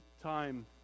time